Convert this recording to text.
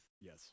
Yes